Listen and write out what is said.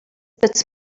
puts